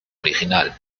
original